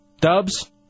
Dubs